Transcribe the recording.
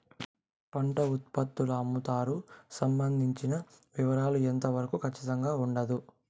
పంట ఉత్పత్తుల అమ్ముతారు సంబంధించిన వివరాలు ఎంత వరకు ఖచ్చితంగా ఉండదు?